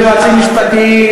זה יועצים משפטיים,